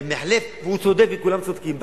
למחלף, והוא צודק וכולם צודקים.